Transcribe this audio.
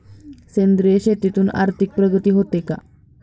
सेंद्रिय शेतीतून आर्थिक प्रगती होते का?